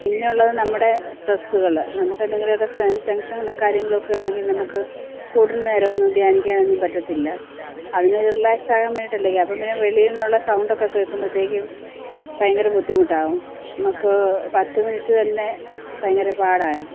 പിന്നെയുള്ളത് നമ്മുടെ സ്ട്രെസ്സുകള് നമുക്ക് എന്തെങ്കിലും ടെൻഷനുകളും കാര്യങ്ങളുമൊക്കെ ഉണ്ടെങ്കിൽ നമുക്ക് കൂടുതൽ നേരമൊന്നും ധ്യാനിക്കാനൊന്നും പറ്റത്തില്ല അതിന് റിലാക്സാകാൻ വേണ്ടിയിട്ടല്ലേ അപ്പോള്പ്പിന്നെ വെളിയില്നിന്നുള്ള സൗണ്ടൊക്കെ കേൾക്കുമ്പോഴത്തേക്കും ഭയങ്കര ബുദ്ധിമുട്ടാകും നമുക്ക് പത്ത് മിനിറ്റ് തന്നെ ഭയങ്കര പാടാവും